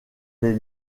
les